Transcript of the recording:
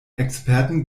experten